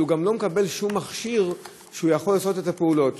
וגם הוא לא מקבל שום מכשיר שהוא יכול לעשות אתו את הפעולות.